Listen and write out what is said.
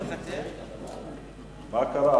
מה קרה?